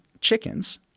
chickens